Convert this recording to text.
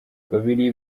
babiri